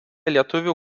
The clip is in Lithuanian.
lietuvių